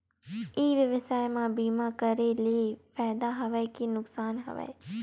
ई व्यवसाय म बीमा करे ले फ़ायदा हवय के नुकसान हवय?